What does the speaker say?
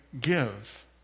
give